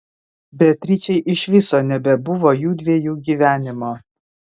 beatričei iš viso nebebuvo jųdviejų gyvenimo